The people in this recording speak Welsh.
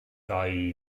dau